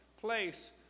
place